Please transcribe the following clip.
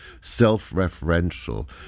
self-referential